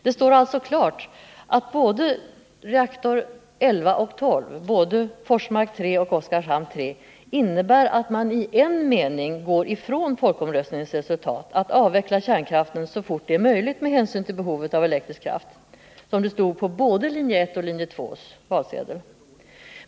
Det står alltså klart att både reaktor 11 och reaktor 12, alltså både Forsmark 3 och Oskarshamn 3, innebär att man i en mening går ifrån folkomröstningens resultat att avveckla kärnkraften så fort det är möjligt med hänsyn till behovet av elektrisk kraft, som det stod på både linje 1:s och linje 2:s valsedel.